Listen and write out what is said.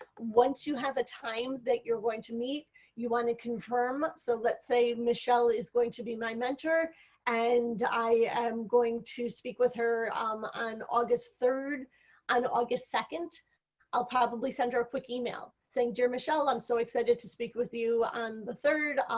once you have a time that you are going to meet you want to confirm so let's say michelle is going to be my mentor and i am going to speak with her on august third and august second i will probably send her a quick email saying michelle, i'm so excited to speak with you on the third.